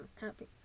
happy